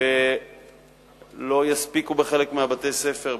שלא יספיקו בחלק מבתי-הספר,